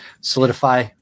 solidify